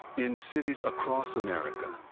in cities across america,